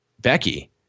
Becky